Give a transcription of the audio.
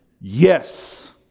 Yes